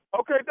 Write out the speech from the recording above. Okay